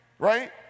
Right